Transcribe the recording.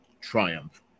triumph